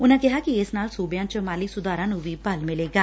ਉਨੁਾਂ ਕਿਹਾ ਕਿ ਇਸ ਨਾਲ ਸੂਬਿਆਂ 'ਚ ਮਾਲੀ ਸੁਧਾਰਾਂ ਨੂੰ ਵੀ ਬਲ ਮਿਲੇਗਾ